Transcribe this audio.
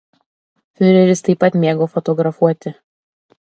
fiureris taip pat mėgo fotografuoti